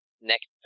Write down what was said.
next